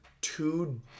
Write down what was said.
two